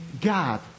God